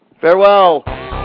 Farewell